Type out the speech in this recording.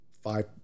five